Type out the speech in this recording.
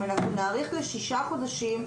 אם אנחנו נאריך לשישה חודשים,